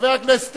חבר הכנסת